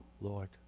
Lord